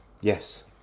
Yes